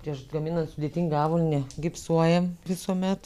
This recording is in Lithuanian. prieš gaminant sudėtingą avalynę gipsuojam visuomet